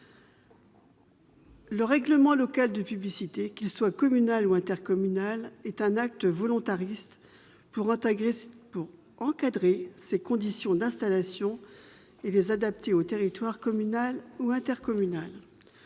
Le règlement local de publicité, qu'il soit communal ou intercommunal, est un acte volontariste, destiné à encadrer ces conditions d'installation, et les adapter au territoire communal ou intercommunal.